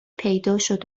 پیداشد